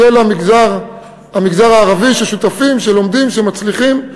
מהמגזר הערבי, ששותפים, שלומדים שמצליחים.